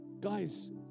Guys